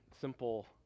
simple